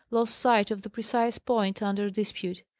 lost sight of the precise point under dispute.